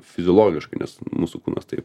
fiziologiškai nes mūsų kūnas tai